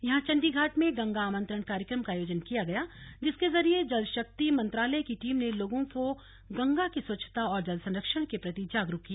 यहां चंडी घाट में गंगा आमंत्रण कार्यक्रम का आयोजन किया गया जिसके जरिए जल शक्ति मंत्रालय की टीम ने लोगों को गंगा की स्वच्छता और जल संरक्षण के प्रति जागरूक किया